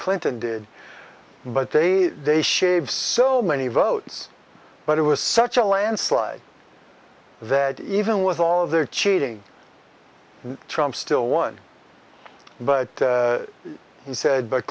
clinton did but they they shaves so many votes but it was such a landslide that even with all of their cheating trump still won but he said but